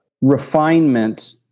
refinement